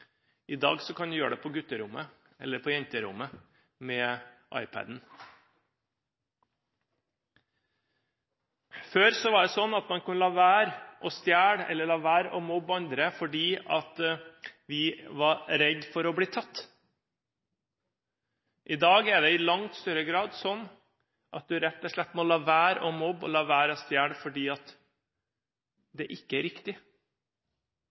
I dag kan du gjøre det på gutterommet eller jenterommet med iPad-en. Før var det sånn at man kunne la være å stjele eller å mobbe andre fordi vi var redde for å bli tatt. I dag er det i langt større grad sånn at man rett og slett må la være å mobbe og å stjele fordi det ikke er riktig.